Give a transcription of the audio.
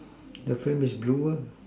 the frame is blue ah